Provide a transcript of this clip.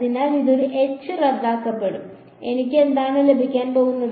അതിനാൽ ഇത് ഒരു എച്ച് റദ്ദാക്കപ്പെടും എനിക്ക് എന്താണ് ലഭിക്കാൻ പോകുന്നത്